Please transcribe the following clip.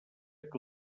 que